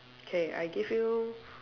K I give you